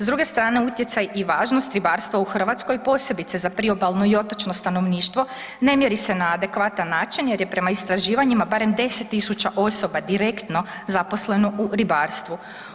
S druge strane utjecaj i važnost ribarstva u Hrvatskoj, posebice za priobalno i otočno stanovništvo, ne mjeri se na adekvatan način jer je prema istraživanjima barem 10 000 osoba direktno zaposleno u ribarstvu.